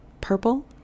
purple